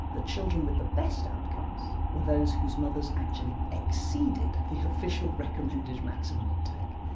the children with the best outcomes were those whose mothers actually exceeded the official recommended maximum intake.